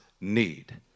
need